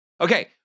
Okay